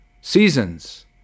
seasons